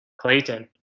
Clayton